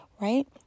right